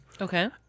Okay